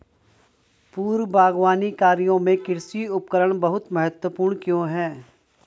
पूर्व बागवानी कार्यों में कृषि उपकरण बहुत महत्वपूर्ण क्यों है?